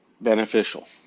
beneficial